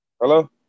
Hello